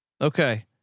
Okay